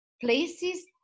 places